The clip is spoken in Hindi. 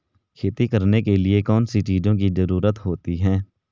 खेती करने के लिए कौनसी चीज़ों की ज़रूरत होती हैं?